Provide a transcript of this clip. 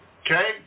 Okay